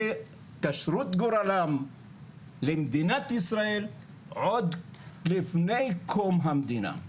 שקשרו את גורלם למדינת ישראל עוד לפני קום המדינה.